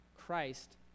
Christ